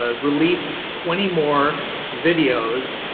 ah released twenty more videos